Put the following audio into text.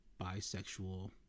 bisexual